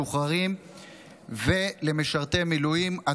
בדיור ללוחמים משוחררים ולמשרתי מילואים,